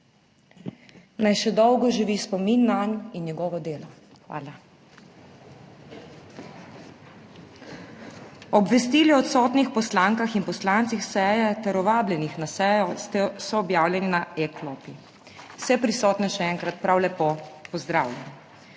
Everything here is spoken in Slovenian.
Naj še dolgo živi spomin nanj in njegovo delo! Hvala. Obvestili o odsotnih poslankah in poslancih seje ter o vabljenih na sejo so objavljeni na e-klopi. Vse prisotne še enkrat prav lepo pozdravljam!